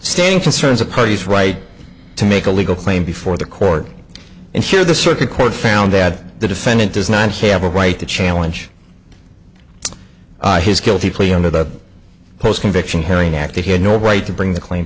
g concerns a party's right to make a legal claim before the court and here the circuit court found that the defendant does not have a right to challenge it's his guilty plea under the post conviction hearing act that he had no right to bring the claim